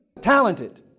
Talented